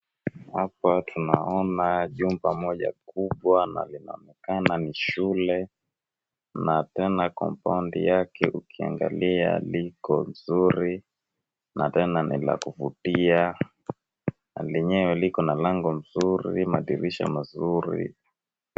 Hapa tunaona jumba moja kubwa na linaonekana ni shule na tena compound yake ukiangalia liko nzuri na lenyewe ni la kuvutia na lenyewe likona lango nzuri ,madirisha mazuri.